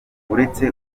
uretse